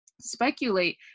speculate